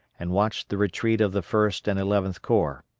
and watched the retreat of the first and eleventh corps,